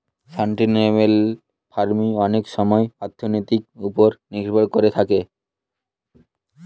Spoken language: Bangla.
সাস্টেইনেবেল ফার্মিং অনেক সময় অর্থনীতির ওপর নির্ভর করে থাকে